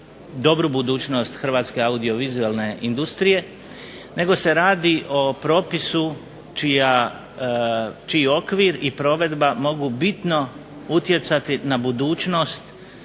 dobru budućnost hrvatske audiovizualne industrije nego se radi o propisu čiji okvir i provedba mogu bitno utjecati na budućnost